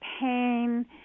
pain